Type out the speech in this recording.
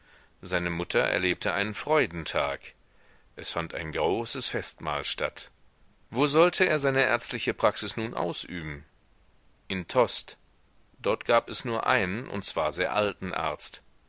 seine mutter erlebte einen freudentag es fand ein großes festmahl statt wo sollte er seine ärztliche praxis nun ausüben in tostes dort gab es nur einen und zwar sehr alten arzt